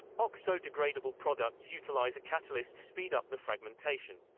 oxo-degradable products utilize a catalyst to speed up the fragmentation.